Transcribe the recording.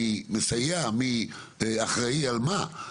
מי מסייע ומי אחראי על מה,